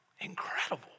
Incredible